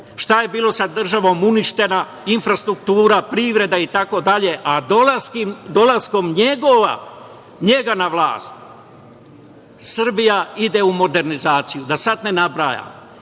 šta je bilo sa državom – uništena, infrastruktura, privreda itd, a dolaskom njega na vlast Srbija ide u modernizaciju. Da sada ne nabrajam,